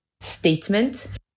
statement